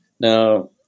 Now